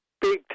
Big